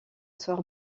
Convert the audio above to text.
soir